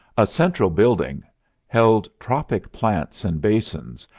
a central building held tropic plants and basins,